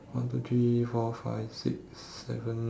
one two three four five six seven